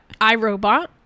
iRobot